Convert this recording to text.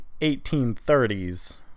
1830s